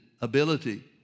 ability